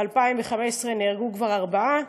ב-2015 נהרגו כבר ארבעה,